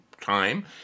time